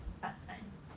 part time